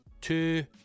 Two